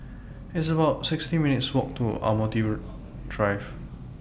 It's about sixty minutes' Walk to Admiralty Drive